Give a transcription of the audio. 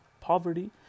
poverty